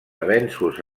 avenços